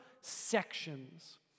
sections